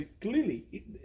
clearly